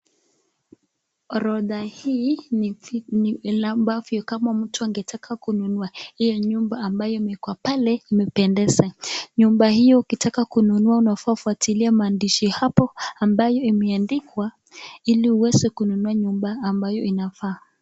Orodha hii vile ambavyo mtu angetaka kununua, hii ni nyumba ambayo imeekwa pale, imependeza, nyumba hio ukitaka kununua unafaa ufuatilie maandishi hapo, ambayo imeandikwa, ili uweze kununua nyumba ambayo inafaa.